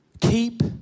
Keep